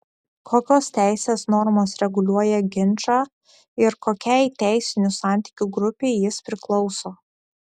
kokios teisės normos reguliuoja ginčą ir kokiai teisinių santykių grupei jis priklauso